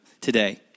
today